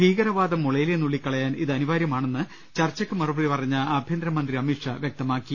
ഭീകരവാദം മുളയിലേ നുള്ളിക്കളയാൻ ഇത് അനിവാര്യമാണെന്ന് ചർച്ചയ്ക്ക് മറുപ്പടി പറഞ്ഞ ആഭ്യന്തര മന്ത്രി അമിത്ഷാ വ്യക്തമാക്കി